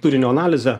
turinio analizę